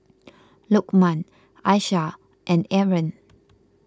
Lokman Aisyah and Aaron